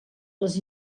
les